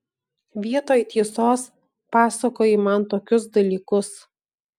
vietoj tiesos pasakoji man tokius dalykus